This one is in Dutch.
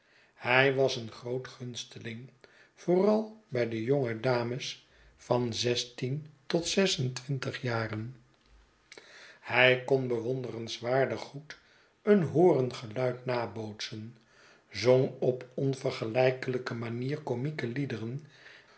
hij was een groot gunsteling vooral bij de jonge dames van zestien tot zes en twintig jaren hij kon bewonderenswaardig goed een horengeluid nabootsen zong op onvergelijkelijke manier komieke liederen